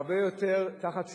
הרבה יותר תחת שליטה.